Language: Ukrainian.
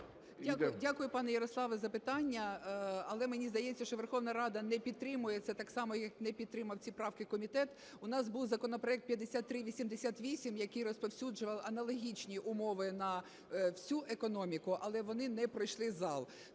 Дякую, пане Ярославе, за питання. Але мені здається, що Верховна Рада не підтримує це так само, як не підтримав ці правки комітет. У нас був законопроект 5388, який розповсюджував аналогічні умови на всю економіку, але вони не пройшли зал.